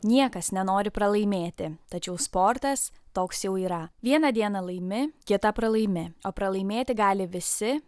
niekas nenori pralaimėti tačiau sportas toks jau yra vieną dieną laimi kitą pralaimi o pralaimėti gali visi